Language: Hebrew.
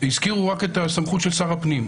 הזכירו רק את הסמכות של שר הפנים.